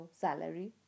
salary